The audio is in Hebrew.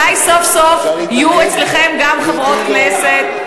אולי סוף-סוף יהיו אצלכם גם חברות כנסת?